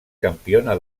campiona